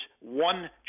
one